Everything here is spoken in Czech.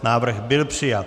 Návrh byl přijat.